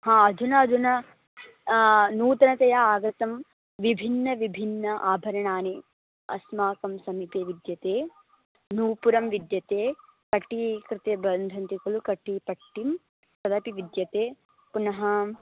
हा अधुना अधुना नूतनतया आगतं विभिन्न विभिन्न आभरणानि अस्माकं समीपे विद्यन्ते नूपुरं विद्यते कटिकृते बध्नन्ति खलु कटिपट्टिं तदपि विद्यते पुनः